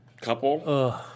couple